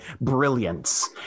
brilliance